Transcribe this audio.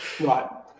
Right